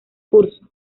curso